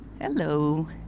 hello